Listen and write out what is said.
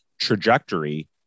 trajectory